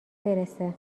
برسه